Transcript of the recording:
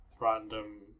random